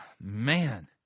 Man